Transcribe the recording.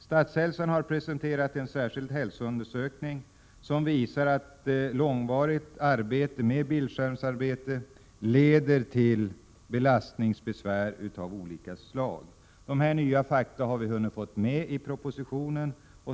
Statshälsan har presenterat en särskild hälsoundersökning, som visar att långvarigt arbete vid bildskärm leder till belastningsbesvär av olika slag. Dessa nya fakta har vi hunnit få med i propositionen.